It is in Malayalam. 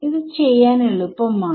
ഇത് ചെയ്യാൻ എളുപ്പമാണ്